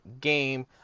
game